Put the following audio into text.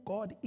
God